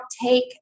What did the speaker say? take